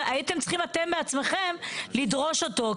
הייתם צריכים אתם בעצמכם לדרוש אותו,